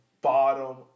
bottom